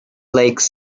lakes